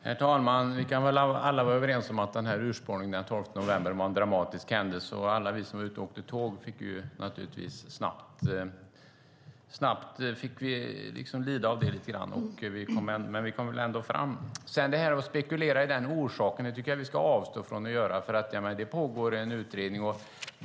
Herr talman! Vi är alla överens om att urspårningen den 12 november var en dramatisk händelse. Alla vi som var ute och åkte tåg fick lida lite av det, men vi kom fram. Vi ska avstå från att spekulera i orsaken, för det pågår en utredning.